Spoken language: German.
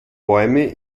bäume